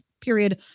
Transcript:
period